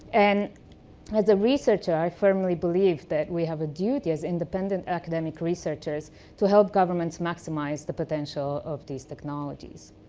and as a researcher, i firmly believe that we have a duty as independent academic researchers to help governments maximize the potential of these technologies.